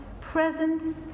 present